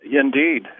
Indeed